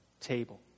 table